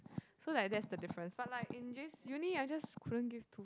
so like that's the difference but like in J_C in uni I just couldn't give to